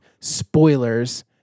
spoilers